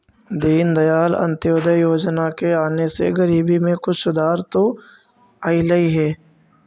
दीनदयाल अंत्योदय योजना के आने से गरीबी में कुछ सुधार तो अईलई हे